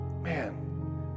Man